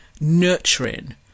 Nurturing